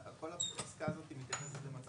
למה